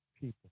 people